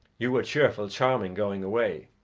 you were cheerful, charming, going away,